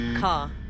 Car